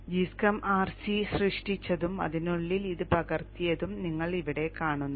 അതിനാൽ gschem rc സൃഷ്ടിച്ചതും അതിനുള്ളിൽ ഇത് പകർത്തിയതും നിങ്ങൾ ഇവിടെ കാണുന്നു